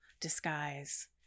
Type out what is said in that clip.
disguise